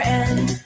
end